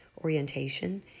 orientation